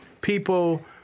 people